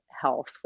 health